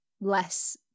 less